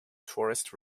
tourist